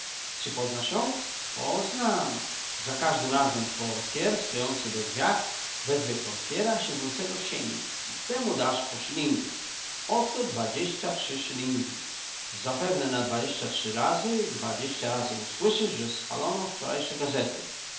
poznasz ją poznam za każdym razem portyer stojący we drzwiach wezwie portyera siedzącego w sieni i temu dasz po szylingu oto dwadzieścia trzy szylingi zapewne na dwadzieścia trzy razy dwadzieścia razy usłyszysz że spalono wczorajsze gazety